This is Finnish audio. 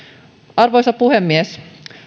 arvoisa puhemies